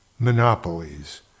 monopolies